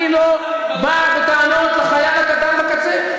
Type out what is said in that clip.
אני לא בא בטענות כלפי החייל הקטן בקצה.